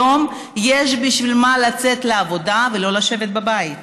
היום יש בשביל מה לצאת לעבודה ולא לשבת בבית,